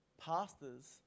Pastors